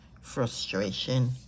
frustration